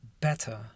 better